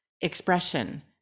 expression